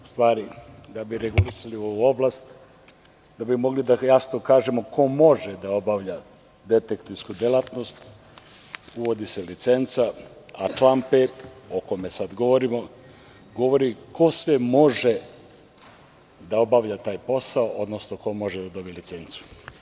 U stvari, da bi regulisali ovu oblast, da bi mogli da jasno kažemo ko može da obavlja detektivsku delatnost, uvodi se licenca, a član 5. o kome sad govorimo govori ko sve može da obavlja taj posao, odnosno ko može da dobije licencu.